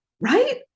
right